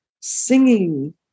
singing